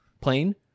plane